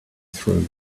through